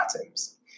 atoms